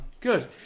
Good